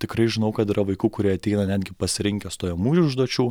tikrai žinau kad yra vaikų kurie ateina netgi pasirinkę stojamųjų užduočių